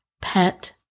pet